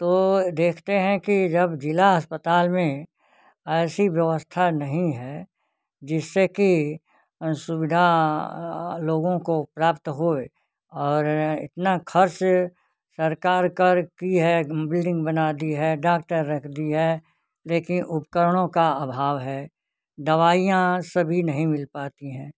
तो देखते हैं कि जब ज़िला अस्पताल में ऐसी व्यवस्था नहीं है जिससे कि सुविधा लोगों को प्राप्त होए और इतना खर्च सरकार कर की है बिल्डिंग बना दी है डाक्टर रख दी है लेकिन उपकरणों का अभाव है दवाइयाँ सभी नहीं मिल पाती हैं